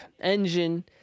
engine